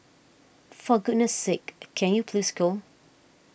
for goodness sake can you please go